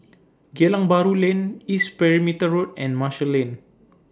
Geylang Bahru Lane East Perimeter Road and Marshall Lane